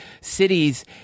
cities